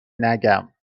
نگم